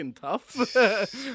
tough